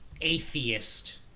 atheist